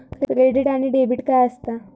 Credit आणि debit काय असता?